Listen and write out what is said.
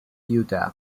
utah